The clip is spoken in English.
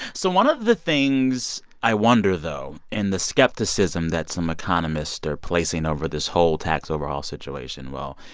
so one of the things i wonder, though, and the skepticism that some economists are placing over this whole tax overhaul situation well,